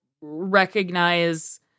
recognize